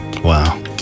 Wow